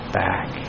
back